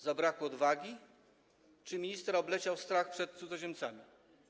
Zabrakło odwagi czy ministra obleciał strach przed cudzoziemcami?